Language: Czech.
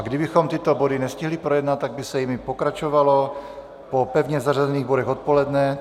Kdybychom tyto body nestihli projednat, tak by se jimi pokračovalo po pevně zařazených bodech odpoledne.